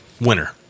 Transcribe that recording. Winner